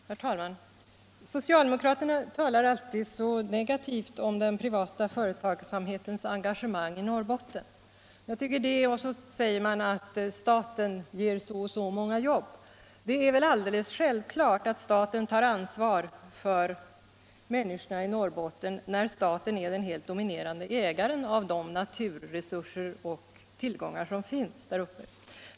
Herr talman! Socialdemokraterna talar alltid så negativt om den privata företagsamhetens engagemang i Norrbotten, och så säger de att staten ger så och så många jobb. Det är väl alldeles självklart att staten tar ansvar för människorna i Norrbotten, när staten är den helt dominerande ägaren av de naturresurser och andra tillgångar som finns där uppe.